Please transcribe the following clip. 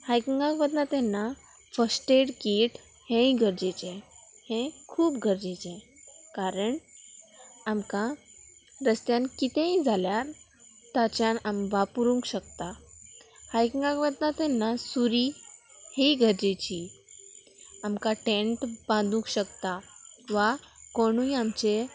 हायकिंगाक वता तेन्ना first aid kit हेंय गरजेचें हें खूब गरजेचें कारण आमकां रस्त्यान कितेंय जाल्यार ताच्यान आम वापुर शकता हायकिंगाक वता तेन्ना सुरी ही गरजेची आमकां टेंट बांदूंक शकता वा कोणूय आमचे